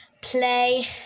play